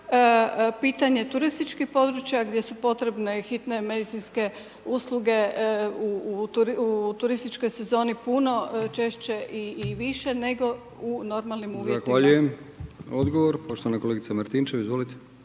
pitanje turističkih područja gdje su potrebne i hitne medicinske usluge u turističkoj sezoni puno je češće i više nego u normalnim uvjetima. **Brkić, Milijan (HDZ)** Zahvaljujem. Odgovor, poštovana kolegica Martinčev, izvolite.